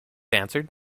answered